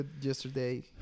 yesterday